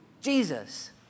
Jesus